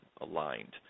aligned